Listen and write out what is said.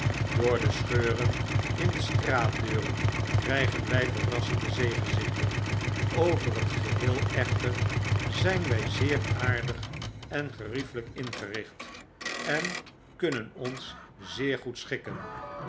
door de scheuren in de straatdeurenkrygenwijverrassendezeegezichten over het gebeel echter zyn wy zeer aardigen geriefelyk ingericht en kunnen ons zeer goed schikken